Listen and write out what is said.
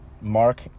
Mark